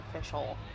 official